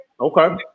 Okay